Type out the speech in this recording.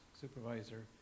supervisor